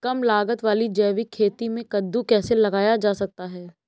कम लागत वाली जैविक खेती में कद्दू कैसे लगाया जा सकता है?